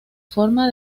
forma